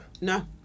No